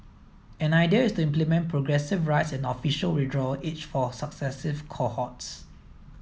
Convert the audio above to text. an idea is to implement progressive rise in official withdrawal age for successive cohorts